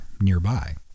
nearby